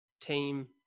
team